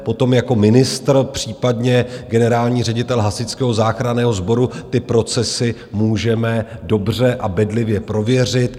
Potom jako ministr, případně generální ředitel Hasičského záchranného sboru ty procesy můžeme dobře a bedlivě prověřit.